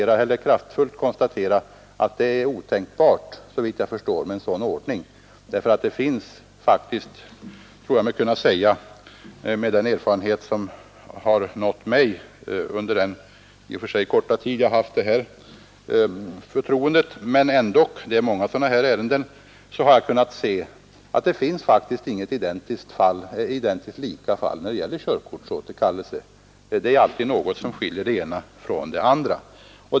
Jag vill med kraft konstatera att det såvitt jag förstår är otänkbart med en sådan ordning, ty det finns faktiskt — tror jag mig kunna säga med den erfarenhet som jag fått under den tid jag har haft förtroendet syssla med dessa ärenden — inte något identiskt fall när det gäller körkortsåterkallelse trots att ärendena är många. Det är alltid något som skiljer det ena från det andra.